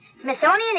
Smithsonian